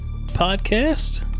Podcast